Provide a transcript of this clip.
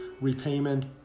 repayment